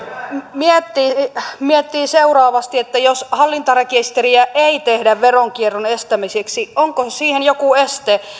miettii miettii että jos hallintarekisteriä ei tehdä veronkierron estämiseksi niin onko siihen joku este